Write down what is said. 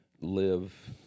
live